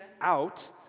out